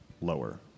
Lower